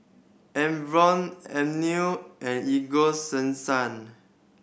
Enervon Avene and Ego